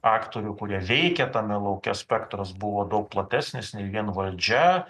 aktorių kurie veikė tame lauke spektras buvo daug platesnis nei vien valdžia